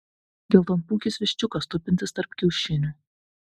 geltonpūkis viščiukas tupintis tarp kiaušinių